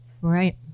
Right